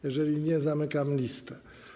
Jeżeli nie, zamykam listę.